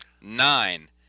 Nine